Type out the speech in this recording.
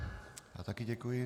Já také děkuji.